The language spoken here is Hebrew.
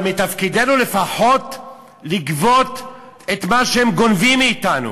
אבל מתפקידנו לפחות לגבות את מה שהם גונבים מאתנו.